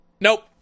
Nope